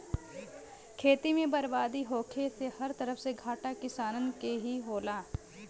खेती में बरबादी होखे से हर तरफ से घाटा किसानन के ही होला